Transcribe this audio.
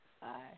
Bye